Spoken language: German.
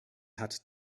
hat